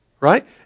right